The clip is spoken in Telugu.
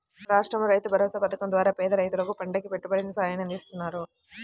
మన రాష్టంలో రైతుభరోసా పథకం ద్వారా పేద రైతులకు పంటకి పెట్టుబడి సాయాన్ని అందిత్తన్నారు